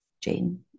Jane